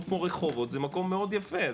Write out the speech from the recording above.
רחובות זה מקום מאוד יפה,